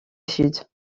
sud